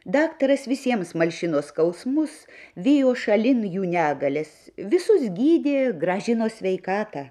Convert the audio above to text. daktaras visiems malšino skausmus vijo šalin jų negalias visus gydė grąžino sveikatą